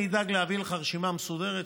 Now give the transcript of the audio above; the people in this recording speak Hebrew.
אני אדאג להעביר לך רשימה מסודרת,